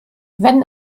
wenn